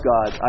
God